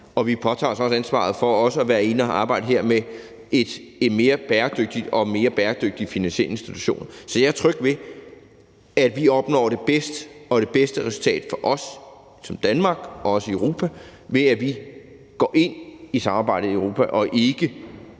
Og vi påtager os også ansvaret for at være inde her og arbejde med mere bæredygtige finansieringsinstitutioner. Så jeg er tryg ved, at vi opnår det bedste, altså det bedste resultat for os – Danmark og også Europa – ved, at vi går ind i samarbejdet i Europa og ikke